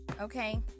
okay